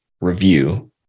review